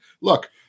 look